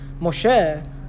Moshe